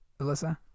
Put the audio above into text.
Alyssa